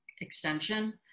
extension